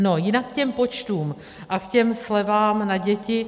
No jinak k těm počtům a k těm slevám na děti.